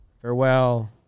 Farewell